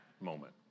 moment